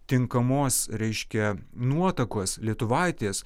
tinkamos reiškia nuotakos lietuvaitės